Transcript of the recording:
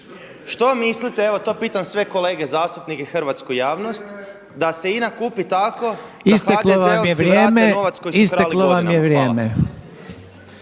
Što mislite, evo to pitam sve kolege zastupnike i hrvatsku javnost da se INA kupi tako da HDZ-ovci vrate novac koji su krali godinama. Hvala.